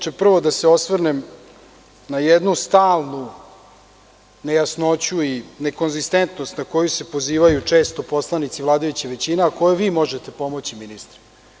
Prvo ću se osvrnuti na jednu stalnu nejasnoću i nekonzistentnost na koju se pozivaju često poslanici vladajuće većine, a koju vi možete pomoći, ministre.